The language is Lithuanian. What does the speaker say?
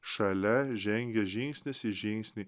šalia žengia žingsnis į žingsnį